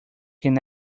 can